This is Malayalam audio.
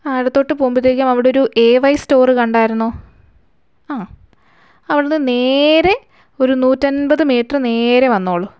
ആ ഇടത്തോട്ട് പോകുമ്പോഴത്തേക്കും അവിടെ ഒരു എ വൈ സ്റ്റോറ് കണ്ടായിരുന്നോ ആ അവിടെ നിന്ന് നേരെ ഒരു നൂറ്റൻപത് മീറ്റർ നേരെ വന്നോളു